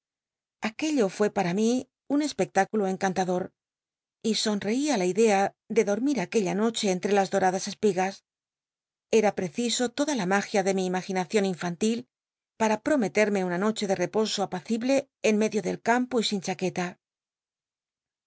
aquello fué par l mí un espect ículo encantador y sonreí á la idea de dormi r aquella noche entre las doradas espigas era preciso toda la mtigia de mi imaginacion infantil para prometerme una noche de reposo apacible en medio del campo y sin chaqueta